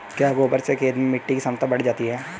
क्या गोबर से खेत में मिटी की क्षमता बढ़ जाती है?